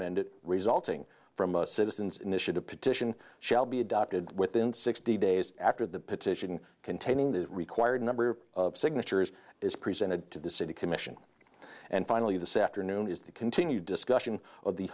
amended resulting from a citizens initiative petition shall be adopted within sixty days after the petition containing the required number of signatures is presented to the city commission and finally the said after noon is the continued discussion of the